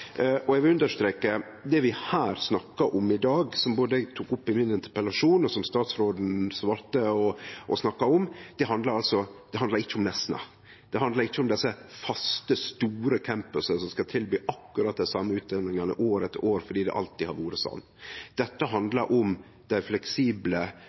Eg vil understreke at det vi snakkar om her i dag, som både eg tok opp i interpellasjonen min og statsråden svarte på og snakka om, handlar ikkje om Nesna. Det handlar ikkje om desse faste, store campusane som skal tilby akkurat dei same utdanningane år etter år fordi det alltid har vore sånn. Dette